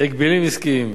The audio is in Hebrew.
הגבלים עסקיים.